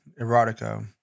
erotica